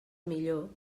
millor